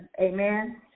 Amen